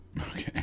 Okay